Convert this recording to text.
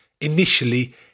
initially